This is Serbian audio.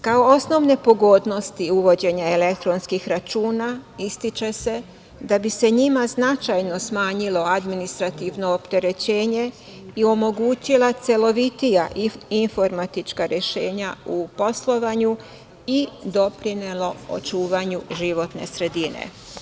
Kao osnovne pogodnosti uvođenja elektronskih računa ističe se da bi se njima značajno smanjilo administrativno opterećenje i omogućila celovitija informatička rešenja u poslovanju i doprinelo očuvanju životne sredine.